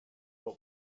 what